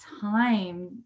time